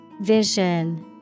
Vision